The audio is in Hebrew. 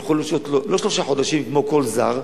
לא שלושה חודשים, כמו כל זר,